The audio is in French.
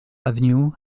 avenue